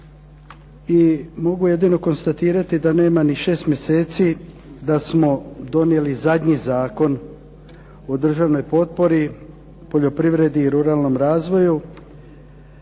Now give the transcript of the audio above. i mogu jedino konstatirati da nema niti 6 mjeseci da smo donijeli zakon o državnoj potpori poljoprivredi i ruralnom razvoju